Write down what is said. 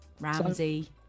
Ramsey